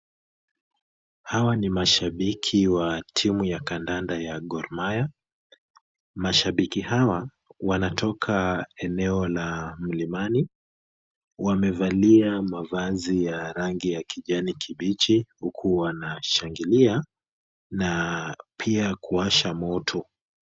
Hawa ni mashabiki wa timu ya kandanda ya Gor Mahia. Mashabiki hawa wanatoka eneo la mlimani. Wamevalia mavazi ya rangi ya kijani kibichi, huku wanashangilia na pia kuwasha moto.